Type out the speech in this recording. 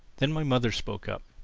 then my mother spoke up.